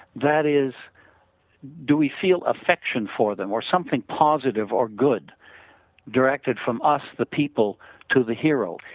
that is do we feel affection for them or something positive or good directed from us the people to the hero.